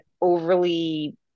overly